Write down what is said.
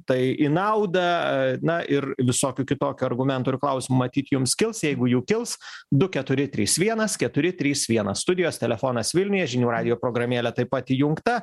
tai į naudą na ir visokių kitokių argumentų ir klausimų matyt jums kils jeigu jų kils du keturi trys vienas keturi trys vienas studijos telefonas vilniuje žinių radijo programėle taip pat įjungta